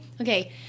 okay